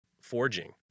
forging